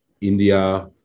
India